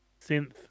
Synth